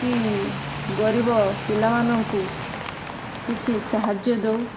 କି ଗରିବ ପିଲାମାନଙ୍କୁ କିଛି ସାହାଯ୍ୟ ଦଉ